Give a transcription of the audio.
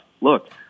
Look